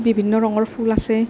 বিভিন্ন ৰঙৰ ফুল আছে